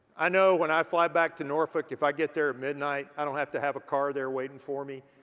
i know when i fly back to norfolk if i get there at midnight i don't have to have a car there waiting for me.